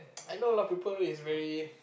I know a lot of people is very